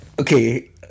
okay